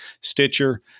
Stitcher